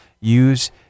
use